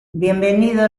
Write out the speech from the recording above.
bienvenido